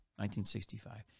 1965